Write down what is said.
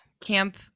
Camp